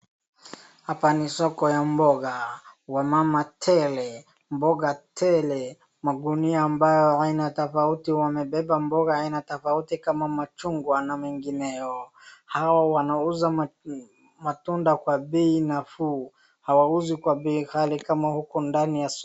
Hapa ni soko ya mboga. Wamama tele. Mboga tele. Magunia ambayo aina tofauti wamebeba mboga aina tofauti kama machungwa na mengineo. Hawa wanauza matunda kwa bei nafuu, hawauzi kwa bei ghali kama huko ndani ya soko.